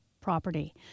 property